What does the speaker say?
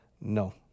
No